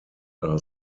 are